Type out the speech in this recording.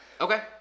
Okay